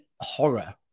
horror